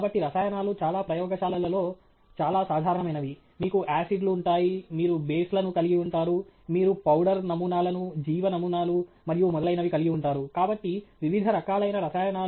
కాబట్టి రసాయనాలు చాలా ప్రయోగశాలలలో చాలా సాధారణమైనవి మీకు ఆసిడ్ లు ఉంటాయి మీరు బేస్ లను కలిగి ఉంటారు మీరు పౌడర్ నమూనాలను జీవ నమూనాలు మరియు మొదలైనవి కలిగి ఉంటారు కాబట్టి వివిధ రకాలైన రసాయనాలు